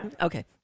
Okay